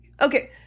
okay